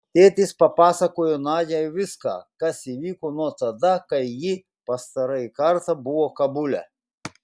tėtis papasakojo nadiai viską kas įvyko nuo tada kai ji pastarąjį kartą buvo kabule